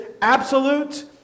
absolute